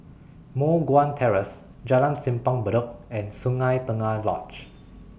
Moh Guan Terrace Jalan Simpang Bedok and Sungei Tengah Lodge